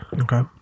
Okay